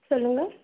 சொல்லுங்க